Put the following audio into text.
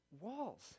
walls